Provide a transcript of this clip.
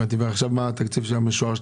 מה עכשיו התקציב המשוער?